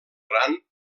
gran